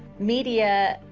media,